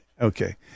Okay